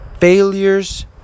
failures